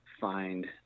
find